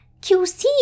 QC